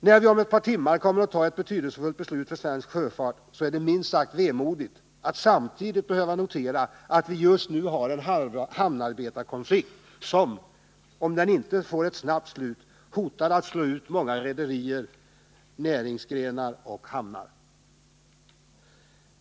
När vi om ett par timmar kommer att fatta ett betydelsefullt beslut för svensk sjöfart, är det minst sagt vemodigt att samtidigt behöva notera att vi just nu har en hamnarbetarkonflikt som, om den inte får ett snabbt slut, hotar att slå ut många rederier, näringsgrenar och hamnar.